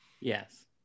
Yes